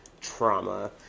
trauma